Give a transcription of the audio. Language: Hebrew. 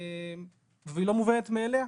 והיא לא מובנת מאליה.